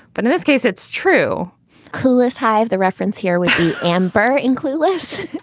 but in this case, it's true clueless. hi. the reference here would be amber in clueless.